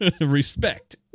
respect